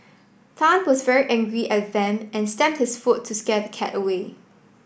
Tan was very angry at Vamp and stamped his foot to scare the cat away